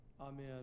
Amen